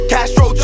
Castro